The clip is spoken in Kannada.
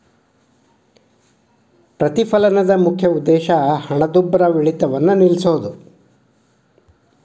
ಪ್ರತಿಫಲನದ ಮುಖ್ಯ ಉದ್ದೇಶ ಹಣದುಬ್ಬರವಿಳಿತವನ್ನ ನಿಲ್ಸೋದು